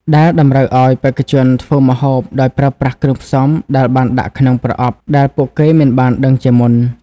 ដែលតម្រូវឲ្យបេក្ខជនត្រូវធ្វើម្ហូបដោយប្រើប្រាស់គ្រឿងផ្សំដែលបានដាក់ក្នុងប្រអប់ដែលពួកគេមិនបានដឹងជាមុន។